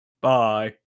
Bye